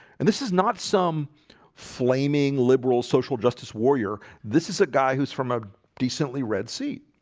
and this is not some flaming liberal social justice warrior this is a guy who's from a decently red seat